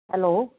hello